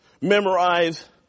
memorize